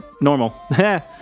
normal